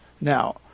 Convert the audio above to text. Now